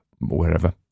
wherever